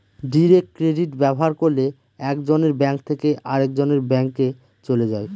direct credit ব্যবহার করলে এক জনের ব্যাঙ্ক থেকে আরেকজনের ব্যাঙ্কে চলে যায়